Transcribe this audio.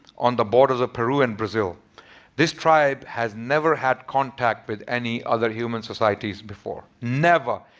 on the borders of peru in brazil this tribe has never had contact with any other human societies before. never.